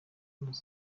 impano